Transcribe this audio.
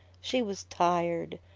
she was tired.